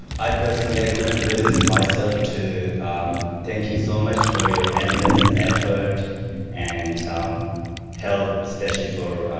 i personally couldn't resist myself to thank you so much for your endless effort and um help especially for